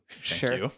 sure